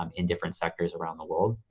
um in different sectors around the world.